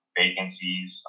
vacancies